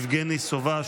יבגני סובה,